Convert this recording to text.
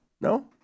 No